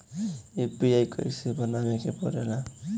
UPI कइसे बनावे के परेला?